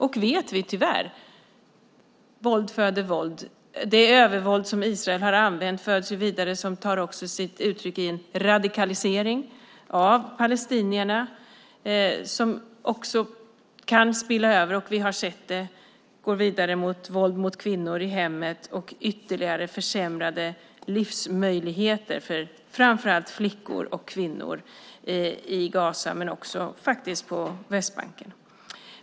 Och vi vet att våld föder våld. Det övervåld som Israel har använt förs vidare och tar sig uttryck i en radikalisering av palestinierna. Vi har sett hur det kan spilla över och medföra våld mot kvinnor i hemmet och ytterligare försämrade livsmöjligheter för framför allt flickor och kvinnor i Gaza men också på Västbanken.